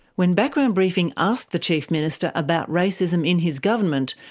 when background briefing asked the chief minister about racism in his government,